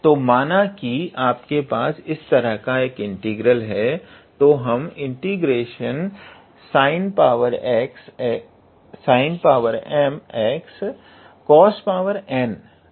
तो माना कि आपके पास इस तरह का एक इंटीग्रल है